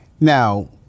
Now